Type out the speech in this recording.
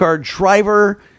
driver